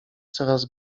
coraz